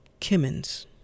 Kimmins